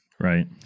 Right